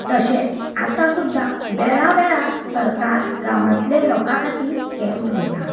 तशेंच आता सुद्दां वेळावेळार सरकार गांवांतल्या लोकां खातीर कँप घेता